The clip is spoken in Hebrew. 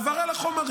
עבר על החומרים,